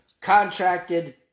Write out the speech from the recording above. contracted